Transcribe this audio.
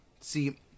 See